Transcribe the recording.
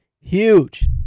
huge